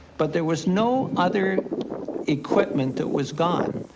but there was no other equipment that was gone.